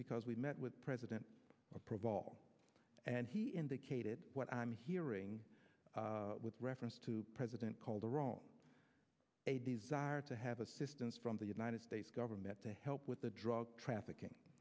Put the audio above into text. because we met with president preval and he indicated what i'm hearing with reference to president calderon a desire to have assistance from the united states government to help with the drug trafficking